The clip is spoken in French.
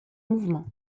mouvement